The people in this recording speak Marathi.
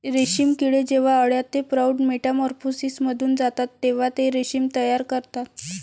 रेशीम किडे जेव्हा अळ्या ते प्रौढ मेटामॉर्फोसिसमधून जातात तेव्हा ते रेशीम तयार करतात